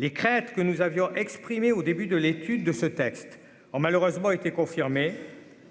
les craintes que nous avions exprimées au début de l'étude de ce texte, or malheureusement été